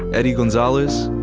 eddie gonzalez,